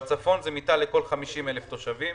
בצפון זה מיטה לכל 50,000 תושבים.